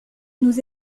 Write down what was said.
nous